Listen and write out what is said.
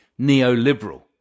neoliberal